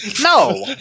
no